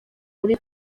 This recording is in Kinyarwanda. muri